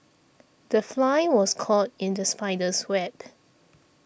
the fly was caught in the spider's web